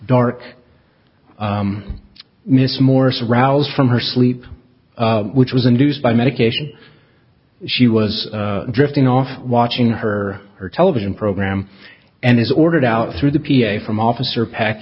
dark miss morris arouse from her sleep which was induced by medication she was drifting off watching her her television program and is ordered out through the p a from office are pack